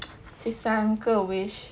第三个 wish